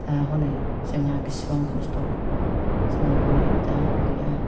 दा हनै जोंहा बिसिबां खस्थ' जोङो हनै दा गैया